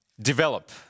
Develop